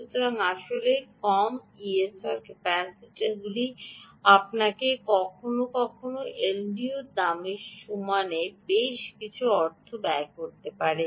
সুতরাং আসলে কম ইএসআর ক্যাপাসিটারগুলি আপনাকে কখনও কখনও এলডিওর দামের সমান বেশ কিছু অর্থ ব্যয় করতে পারে